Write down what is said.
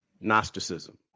gnosticism